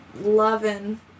loving